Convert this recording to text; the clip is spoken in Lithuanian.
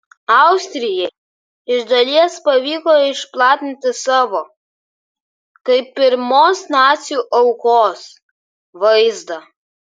austrijai iš dalies pavyko išplatinti savo kaip pirmos nacių aukos vaizdą